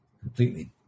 completely